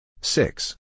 Six